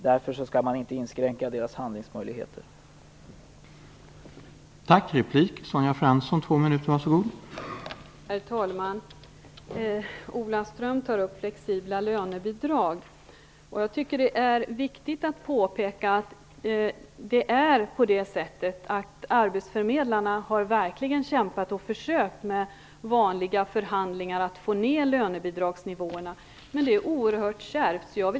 Därför skall deras handlingsmöjligheter inte inskränkas.